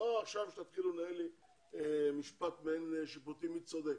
לא שתתחילו לנהל משפט מעין שיפוטי כדי לראות מי צודק.